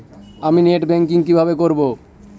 আমি net banking কিভাবে করব?